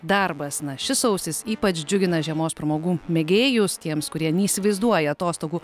darbas na šis sausis ypač džiugina žiemos pramogų mėgėjus tiems kurie neįsivaizduoja atostogų